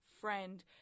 friend